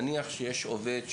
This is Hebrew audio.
נניח שיש עובד,